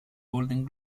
golden